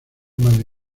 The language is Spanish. madre